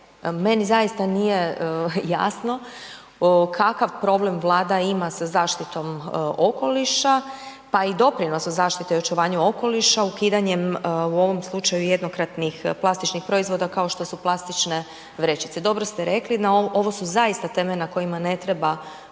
Meni zaista nije jasno kakav problem Vlada ima sa zaštitom okoliša pa i doprinos za zaštitu i očuvanje okoliša ukidanjem u ovom slučaju jednokratnih plastičnih proizvoda kao što su plastične vrećice. Dobro ste rekli, ovo su zaista teme na kojima ne treba